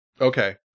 Okay